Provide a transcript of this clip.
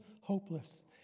hopeless